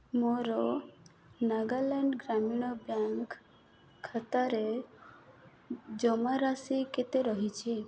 ମୋର ନାଗାଲାଣ୍ଡ୍ ଗ୍ରାମୀଣ ବ୍ୟାଙ୍କ୍ ଖାତାରେ ଜମାରାଶି କେତେ ରହିଛି